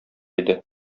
иде